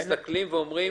הם מסתכלים ואומרים,